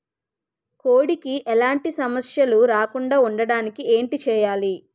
కోడి కి ఎలాంటి సమస్యలు రాకుండ ఉండడానికి ఏంటి చెయాలి?